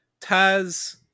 Taz